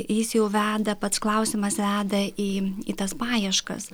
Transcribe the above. jis jau veda pats klausimas veda į į tas paieškas